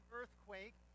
earthquake